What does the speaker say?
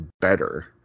better